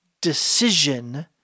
decision